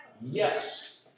Yes